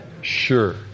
Sure